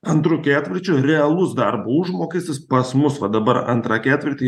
antru ketvirčiu realus darbo užmokestis pas mus va dabar antrą ketvirtį